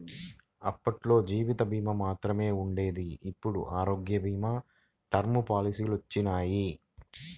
అప్పట్లో జీవిత భీమా మాత్రమే ఉండేది ఇప్పుడు ఆరోగ్య భీమా, టర్మ్ పాలసీలొచ్చినియ్యి